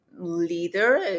leader